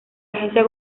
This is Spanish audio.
agencia